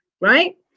right